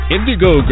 Indigo